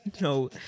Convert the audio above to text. No